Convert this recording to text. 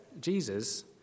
Jesus